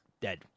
Dead